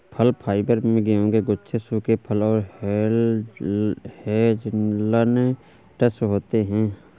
फल फाइबर में गेहूं के गुच्छे सूखे फल और हेज़लनट्स होते हैं